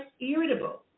irritable